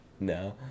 No